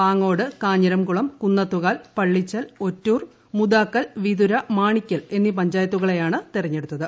Pangode Kanjiramkulam Kunnathukal Pallichal Ottoor Mudakkal Vithura Manickal എന്നീ പഞ്ചായത്തുകളെയ്ണ് തെരഞ്ഞെടുത്തത്